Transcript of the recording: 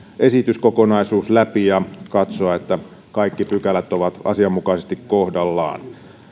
esityskokonaisuus läpi ja katsoa että kaikki pykälät ovat asianmukaisesti kohdallaan